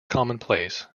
commonplace